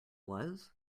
was